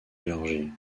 géorgie